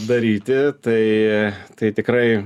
daryti tai tai tikrai